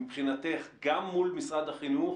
מבחינתך, גם מול משרד החינוך